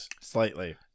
Slightly